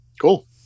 cool